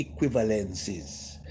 equivalences